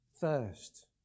First